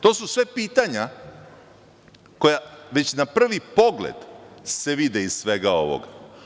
To su sve pitanja koja se na prvi pogled vide iz svega ovog.